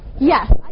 Yes